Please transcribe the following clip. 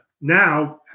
Now